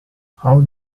how